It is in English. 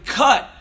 cut